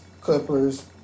Clippers